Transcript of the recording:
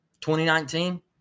2019